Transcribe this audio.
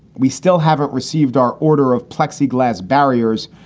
we still haven't received our order of plexiglas barriers.